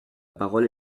parole